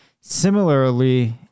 Similarly